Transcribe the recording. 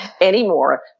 anymore